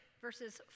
verses